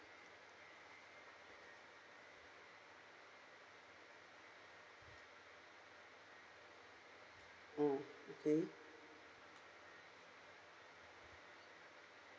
oh okay